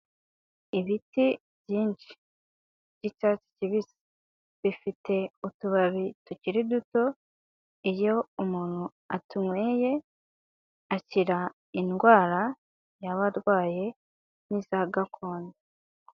Ibiti byinshi by'icyatsi kibisi, bifite utubabi tukiri duto iyo umuntu atunyweye akira indwara yaba arwaye n'iza gakondo.